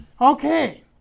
Okay